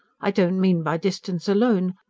i don't mean by distance alone.